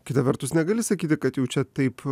kita vertus negali sakyti kad jau čia taip